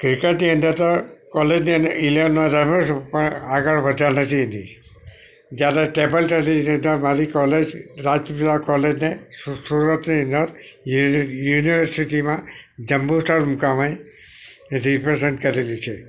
ક્રિકેટની અંદર તો કોલેજની અંદર ઇલેવનમાં રમ્યો છું પણ આગળ વધ્યા નથી હજી જ્યારે ટેબલ ટેનિસની અંદર મારી કોલેજ રાજ યુવા કોલેજને સુરતની અંદર યુનિવર્સિટીમાં જંબુસર મુકામે રિપ્રઝેન્ટ કરેલી છે